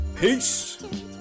peace